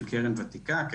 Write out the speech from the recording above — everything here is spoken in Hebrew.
של קרן ותיקה,